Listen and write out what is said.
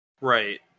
Right